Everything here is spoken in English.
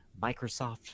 Microsoft